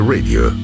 Radio